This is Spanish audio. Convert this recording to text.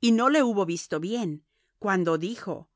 y no le hubo visto bien cuando dijo